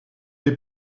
est